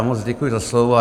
Moc děkuji za slovo.